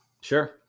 Sure